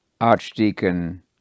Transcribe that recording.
Archdeacon